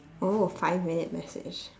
oh five minute message